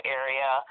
area